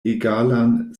egalan